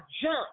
jump